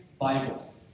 Bible